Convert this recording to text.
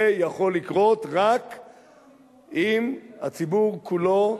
זה יכול לקרות רק אם הציבור כולו,